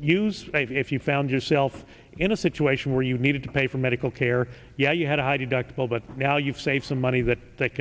use it if you found yourself in a situation where you needed to pay for medical care yet you had a high deductible but now you've saved some money that they